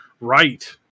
right